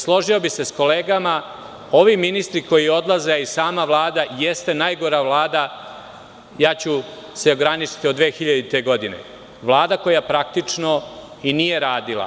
Složio bih se sa kolegama, ovi ministri koji odlaze, a i sama Vlada jeste najgora Vlada, ja ću se ograničiti, od 2000. godine, Vlada koja praktično i nije radila.